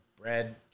bread